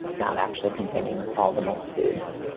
not actually containing all the multitudes.